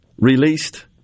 released